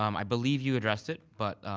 um i believe you addressed it, but,